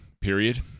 period